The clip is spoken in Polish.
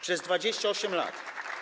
Przez 28 lat.